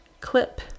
clip